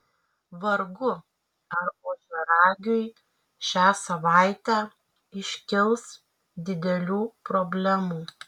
vargu ar ožiaragiui šią savaitę iškils didelių problemų